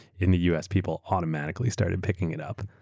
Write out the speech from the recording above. in the us, people automatically started picking it up.